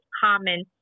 common